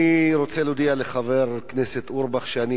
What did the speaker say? אני רוצה להודיע לחבר הכנסת אורבך שאני